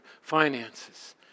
finances